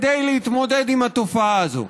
להתמודד עם התופעה הזאת.